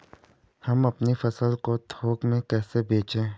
हम अपनी फसल को थोक में कैसे बेचें?